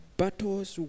battles